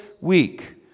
week